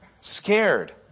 Scared